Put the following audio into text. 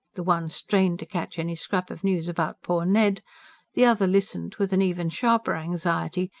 the one strained to catch any scrap of news about poor ned the other listened, with an even sharper anxiety,